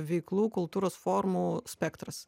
veiklų kultūros formų spektras